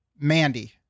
Mandy